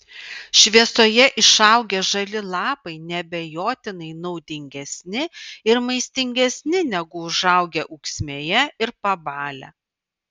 šviesoje išaugę žali lapai neabejotinai naudingesni ir maistingesni negu užaugę ūksmėje ir pabalę